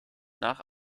nach